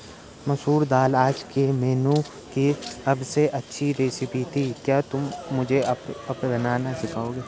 मसूर दाल आज के मेनू की अबसे अच्छी रेसिपी थी क्या तुम मुझे बनाना सिखाओंगे?